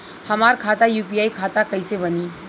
हमार खाता यू.पी.आई खाता कईसे बनी?